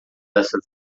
dessa